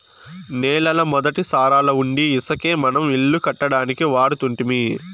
నేలల మొదటి సారాలవుండీ ఇసకే మనం ఇల్లు కట్టడానికి వాడుతుంటిమి